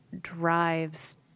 drives